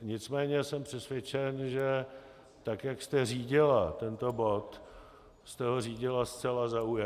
Nicméně jsem přesvědčen, že tak jak jste řídila tento bod, jste ho řídila zcela zaujatě.